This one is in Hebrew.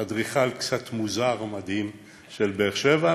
אדריכל קצת מוזר ומדהים בבאר-שבע.